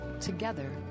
Together